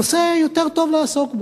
נושא יותר טוב לעסוק בו.